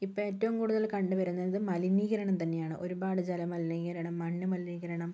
ഇപ്പൊൾ ഏറ്റവും കൂടുതൽ കണ്ട് വരുന്നത് മലിനീകരണം തന്നെയാണ് ഒരുപാട് ജല മലിനീകരണം മണ്ണ് മലിനീകരണം